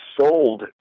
sold